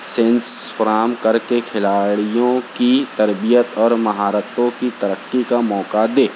sense فراہم کر کے کھلاڑیوں کی تربیت اور مہارتوں کی ترقی کا موقع دے